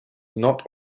not